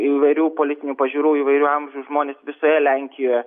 įvairių politinių pažiūrų įvairių amžių žmonės visoje lenkijoje